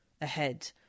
ahead